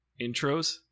intros